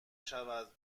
شود